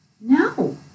No